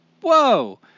whoa